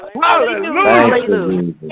Hallelujah